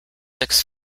six